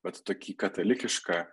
bet tokį katalikišką